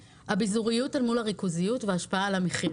השאלה הראשונה היא לגבי הביזוריות אל מול הריכוזיות והשפעה על המחיר.